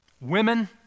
women